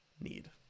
need